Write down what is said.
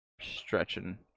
Stretching